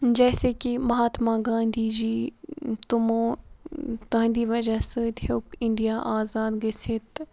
جیسے کہِ مہاتما گاندھی جی تِمو تَہَنٛدی وجہ سۭتۍ ہیوٚک اِنڈیا آزاد گٔژھِتھ تہٕ